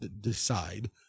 decide